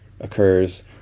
occurs